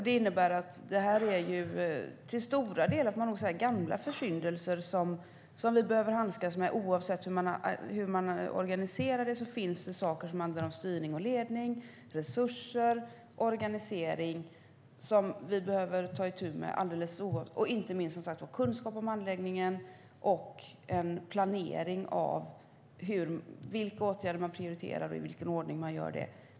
Det innebär att det här till stora delar är gamla försyndelser som vi behöver handskas med. Oavsett hur man organiserar det finns det saker som handlar om styrning och ledning, resurser och organisering och inte minst kunskap om handläggningen, planering av åtgärder och i vilken ordning de ska utföras.